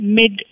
mid